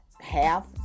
half